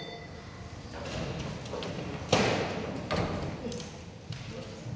Tak